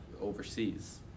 overseas